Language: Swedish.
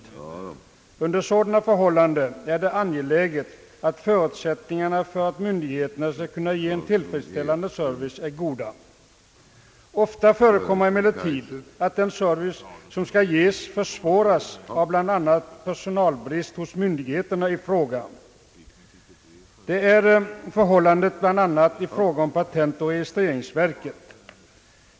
Under sådana förhållanden är det angeläget att förutsättningarna för att myndigheterna skall kunna ge en tillfredsställande service är goda. Ofta förekommer det emellertid att den service, som myndigheterna skall ge, försvåras av bl.a. personalbrist. Så är förhållandet t.ex. vid patentoch registreringsverket.